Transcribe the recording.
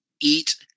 eat